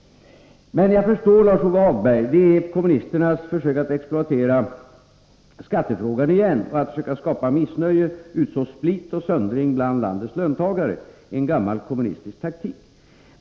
Men jag förstår Lars-Ove Hagberg. Detta är ännu ett av kommunisternas försök att exploatera skattefrågan, att skapa missnöje och utså split och söndring bland landets löntagare — en gammal kommunistisk taktik.